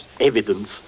evidence